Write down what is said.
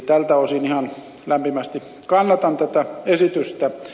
tältä osin ihan lämpimästi kannatan tätä esitystä